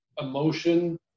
emotion